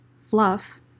fluff